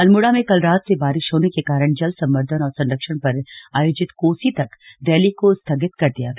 अल्मोड़ा में कल रात से बारिश होने के कारण जल संवर्दधन और संरक्षण पर आयोजित कोसी तक रैली को स्थगित कर दिया गया